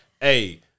hey